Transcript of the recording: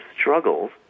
struggles